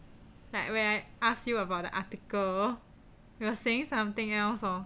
like when I ask you about the article you were saying something else orh